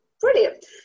Brilliant